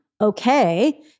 Okay